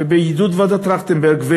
ובעידוד ועדת טרכטנברג,